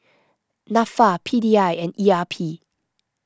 Nafa P D I and E R P